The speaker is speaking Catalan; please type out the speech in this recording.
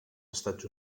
estats